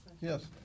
yes